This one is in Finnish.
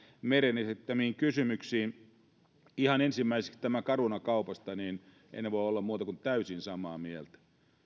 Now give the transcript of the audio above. meren esittämiin kysymyksiin ihan ensimmäiseksi tästä caruna kaupasta en voi olla muuta kuin täysin samaa mieltä